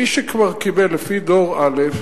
מי שכבר קיבל לפי דור א',